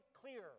clear